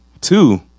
Two